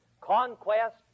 conquest